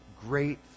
great